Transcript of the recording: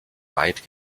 weit